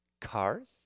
Cars